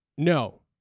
No